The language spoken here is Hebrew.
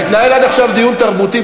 אתה, התנהל עד עכשיו דיון תרבותי.